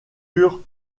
eurent